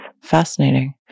Fascinating